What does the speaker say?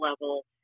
level